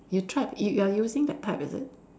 you tried you you are using the app is it